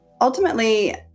ultimately